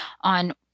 on